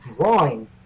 drawing